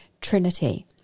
Trinity